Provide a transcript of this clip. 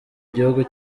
gihugu